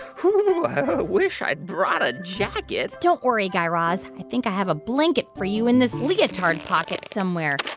ooh, i wish i'd brought a jacket don't worry, guy raz. i think i have a blanket for you in this leotard pocket somewhere.